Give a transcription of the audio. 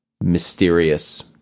mysterious